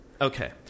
Okay